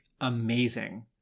amazing